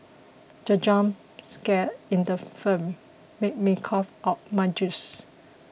the jump scare in the film made me cough out my juice